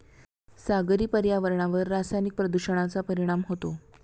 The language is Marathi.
सागरी पर्यावरणावर रासायनिक प्रदूषणाचा परिणाम होतो